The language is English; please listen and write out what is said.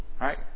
Right